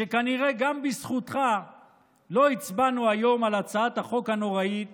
שכנראה גם בזכותך לא הצבענו היום על הצעת החוק הנוראית